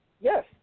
Yes